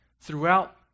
Throughout